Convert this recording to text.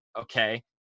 okay